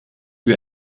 lui